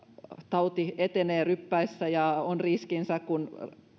tauti etenee ryppäissä ja on riskinsä kun